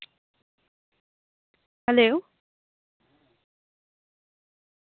hello